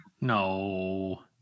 No